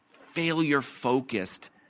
failure-focused